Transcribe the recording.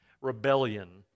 rebellion